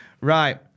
Right